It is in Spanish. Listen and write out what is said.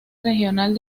regional